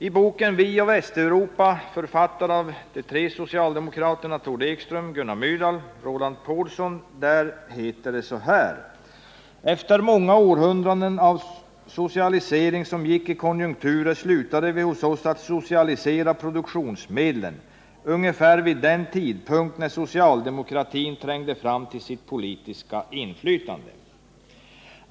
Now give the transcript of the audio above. I boken Vi och Västeuropa, författad av de tre socialdemokraterna Tord Ekström, Gunnar Myrdal och Roland Pålsson, heter det: Efter många århundraden av socialisering som gick i konjunkturer slutade vi hos oss att socialisera produktionsmedlen ungefär vid den tidpunkt när socialdemokratin trängde fram till sitt politiska inflytande.